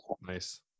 Nice